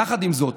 יחד עם זאת,